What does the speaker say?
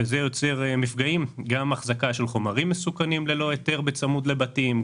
זה יוצר מפגעים: גם החזקה של חומרים מסוכנים ללא היתר בצמוד לבתים,